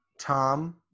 Tom